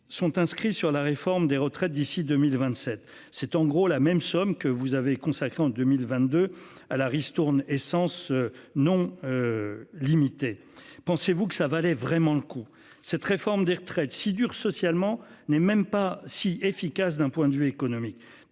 sont inscrits sur la réforme des retraites d'ici 2027, c'est en gros la même somme que vous avez consacré en 2022 à la ristourne essence. Non. Limitée. Pensez-vous que ça valait vraiment le coup. Cette réforme des retraites si dur socialement n'est même pas si efficace d'un point de vue économique,